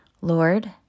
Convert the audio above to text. Lord